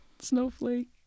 Snowflake